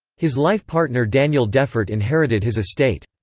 his life-partner daniel defert inherited his estate.